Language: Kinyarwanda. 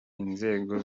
inzego